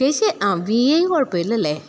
ചേച്ചി ആ വീ ഐ കുഴപ്പം ഇല്ല അല്ലേ